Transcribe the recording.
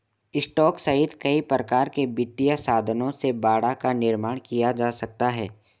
stock सहित कई प्रकार के वित्तीय साधनों से बाड़ा का निर्माण किया जा सकता है